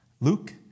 Luke